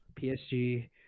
PSG